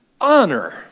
Honor